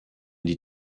die